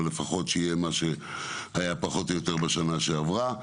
אבל לפחות שיהיה מה שהיה בשנה שעברה,